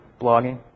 blogging